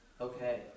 okay